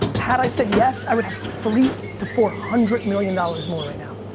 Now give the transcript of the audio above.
had i said yes, i would have three to four hundred million dollars more right now.